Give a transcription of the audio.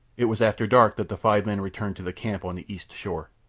it was after dark that the five men returned to the camp on the east shore.